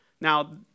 Now